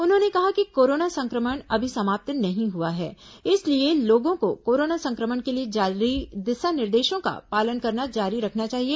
उन्होंने कहा कि कोरोना संक्रमण अभी समाप्त नहीं हुआ है इसलिए लोगों को कोरोना संक्रमण के लिए जारी दिशा निर्देशों का पालन करना जारी रखना चाहिए